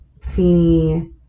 Feeny